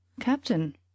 Captain